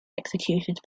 executed